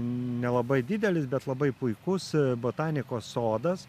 nelabai didelis bet labai puikus botanikos sodas